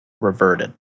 reverted